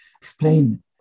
explain